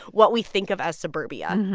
what we think of as suburbia.